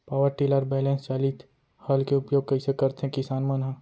Power tiller बैलेंस चालित हल के उपयोग कइसे करथें किसान मन ह?